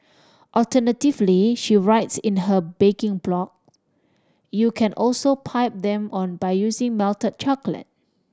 alternatively she writes in her baking blog you can also pipe them on by using melted chocolate